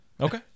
Okay